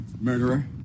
murderer